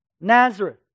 Nazareth